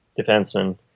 defenseman